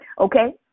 okay